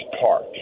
Park